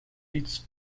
litros